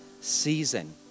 season